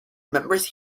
members